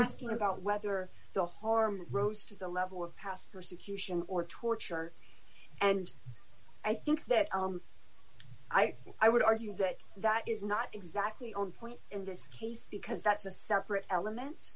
asking about whether the harm rose to the level of past persecution or torture and i think that i would argue that that is not exactly on point in this case because that's a separate element